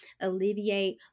alleviate